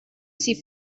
sie